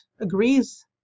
agrees